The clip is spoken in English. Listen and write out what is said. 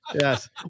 Yes